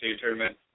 tournament